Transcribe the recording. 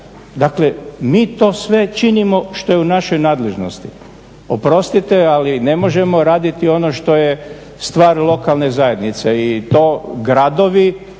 dakle mi to sve činimo što je u našoj nadležnosti. Oprostite ali ne možemo raditi što je stvar lokalne zajednice i to gradovi